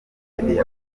yakorewe